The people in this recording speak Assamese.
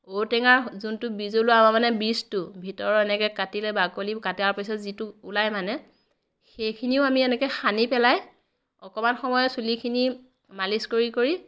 ঔটেঙাৰ যোনটো বিজলুৱা মানে বীজটো ভিতৰৰ এনেকৈ কাটিলে বাকলি কাটাৰ পিছত যিটো ওলাই মানে সেইখিনিও আমি এনেকৈ সানি পেলাই অকণমান সময় চুলিখিনি মালিচ কৰি কৰি